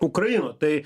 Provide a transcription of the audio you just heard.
ukrainoj tai